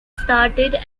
started